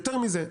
ויותר מזה,